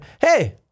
hey